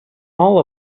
all